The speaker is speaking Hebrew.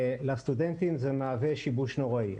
לסטודנטים זה מהווה שיבוש נוראי.